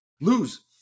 lose